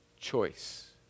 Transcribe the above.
choice